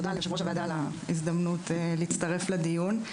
תודה ליושב-ראש הוועדה על ההזדמנות להצטרף לדיון.